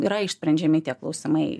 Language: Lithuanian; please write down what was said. yra išsprendžiami tie klausimai